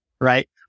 right